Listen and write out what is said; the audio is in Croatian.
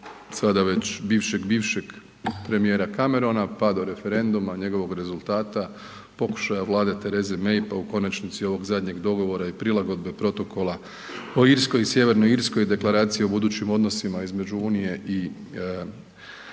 sada već bivšeg bivšeg premijera Camerona pa do referenduma, njegovog rezultata, pokušaja Vlade Therese May pa u konačnici ovog zadnjeg dogovora i prilagodbe protokola o Irskoj i Sj. Irskoj, deklaracija o budućim odnosima između Unije i